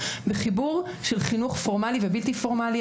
בחיבור של חינוך פורמלי ובלתי פורמלי.